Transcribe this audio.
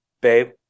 babe